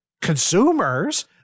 Consumers